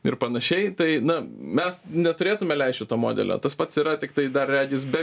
ir panašiai tai na mes neturėtume leist šito modelio tas pats yra tiktai dar regis be